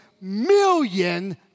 million